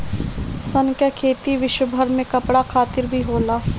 सन कअ खेती विश्वभर में कपड़ा खातिर भी होला